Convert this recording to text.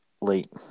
late